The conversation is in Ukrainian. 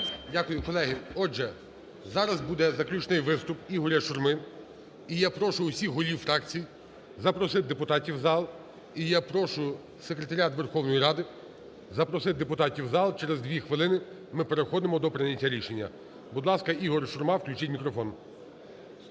Дякую. Колеги, отже, зараз буде заключний виступ ІгоряШурми. І я прошу всіх голів фракцій запросити депутатів в зал. І я прошу Секретаріат Верховної Ради запросити депутатів в зал. Через дві хвилини ми переходимо до прийняття рішення. Будь ласка, ІгорШурма. Включіть мікрофон.